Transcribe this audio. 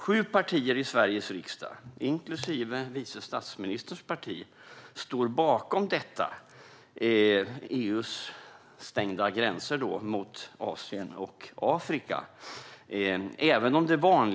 Sju partier i Sveriges riksdag, inklusive vice statsministerns parti, står bakom EU:s stängda gränser mot Asien och Afrika.